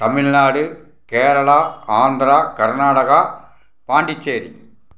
Tamil Nadu Kerala Andhra Karnataka Pondicherry